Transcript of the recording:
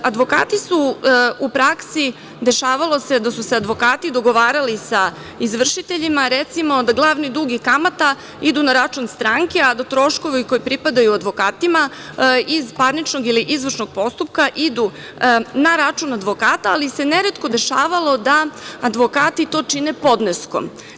Advokati su u praksi, dešavalo se da su se advokati dogovarali sa izvršiteljima, recimo, da glavni dug i kamata idu na račun stranke, a da troškovi koji pripadaju advokatima iz parničkog ili izvršnog postupka idu na račun advokata, ali se neretko dešavalo da advokati to čine podneskom.